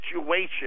situation